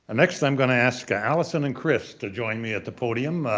and next i'm going to ask ah alysen and chris to join me at the podium,